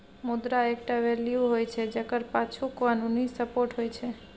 मुद्रा एकटा वैल्यू होइ छै जकर पाछु कानुनी सपोर्ट होइ छै